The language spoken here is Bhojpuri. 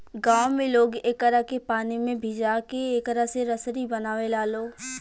गांव में लोग एकरा के पानी में भिजा के एकरा से रसरी बनावे लालो